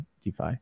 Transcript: DeFi